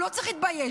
הוא לא צריך להתבייש,